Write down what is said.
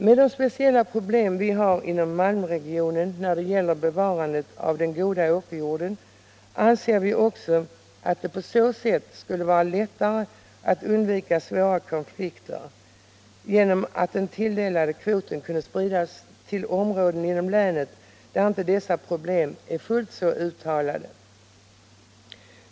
Med de speciella problem vi har inom Malmöregionen när det gäller bevarandet av den goda åkerjorden anser vi också att det på så sätt skulle vara lättare att undvika svåra konflikter, genom att den tilldelade kvoten kunde spridas till områden inom länet där dessa problem inte är fullt så uttalade.